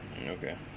Okay